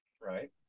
right